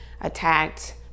attacked